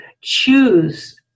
choose